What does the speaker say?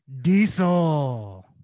Diesel